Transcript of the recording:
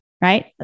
right